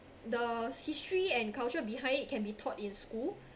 the history and culture behind it can be taught in school